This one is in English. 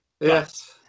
Yes